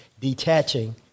detaching